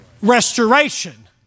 restoration